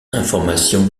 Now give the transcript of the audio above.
informations